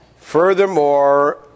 Furthermore